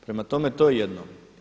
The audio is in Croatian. Prema tome to je jedno.